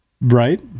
Right